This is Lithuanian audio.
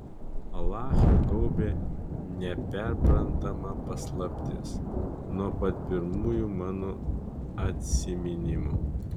alachą gaubė neperprantama paslaptis nuo pat pirmųjų mano atsiminimų